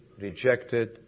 rejected